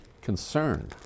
concerned